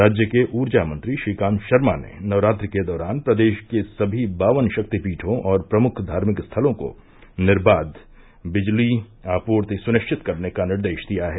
राज्य के उर्जा मंत्री श्रीकांत शर्मा ने नवरात्रि के दौरान प्रदेश के सभी बावन शक्ति पीठों और प्रमुख धार्मिक स्थलों को निर्बाध बिजली आपूर्ति सुनिश्चित करने का निर्देश दिया है